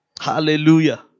Hallelujah